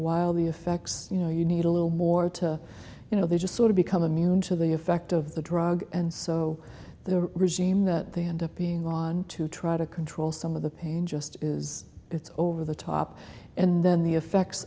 the effects you know you need a little more to you know they just sort of become immune to the effect of the drug and so the regime that they end up being on to try to control some of the pain just is it's over the top and then the effects